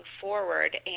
forward